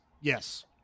yes